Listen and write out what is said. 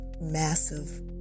massive